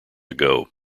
ago